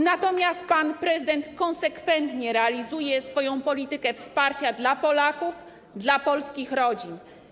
Natomiast pan prezydent konsekwentnie realizuje swoją politykę wsparcia dla Polaków, dla polskich rodzin.